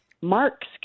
Mark's